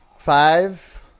Five